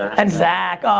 and zak, oh,